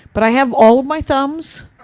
but i have all of my thumbs,